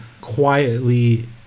quietly